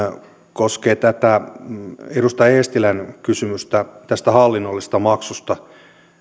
koskee edustaja eestilän kysymystä hallinnollisesta maksusta